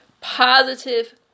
Positive